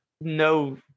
no